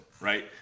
right